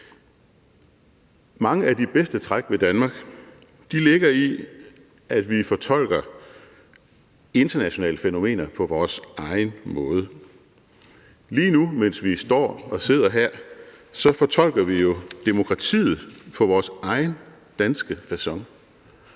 Mange af de bedste træk ved Danmark ligger i, at vi fortolker internationale fænomener på vores egen måde. Lige nu mens vi står – og sidder – her, fortolker vi jo demokratiet på vores egen danske facon.